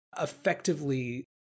effectively